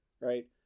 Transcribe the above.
Right